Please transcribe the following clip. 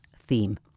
theme